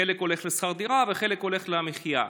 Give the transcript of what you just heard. חלק הולך לשכר דירה וחלק הולך למחיה.